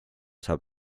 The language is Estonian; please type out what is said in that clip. saab